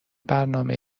برنامه